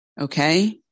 okay